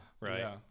Right